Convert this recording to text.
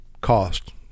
cost